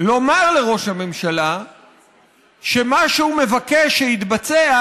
לומר לראש הממשלה שמה שהוא מבקש שיתבצע